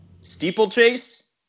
Steeplechase